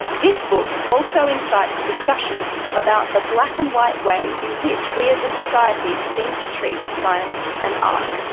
this book also insights discussion about the black and white way in which we as a society seem to treat science and art.